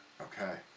Okay